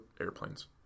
airplanes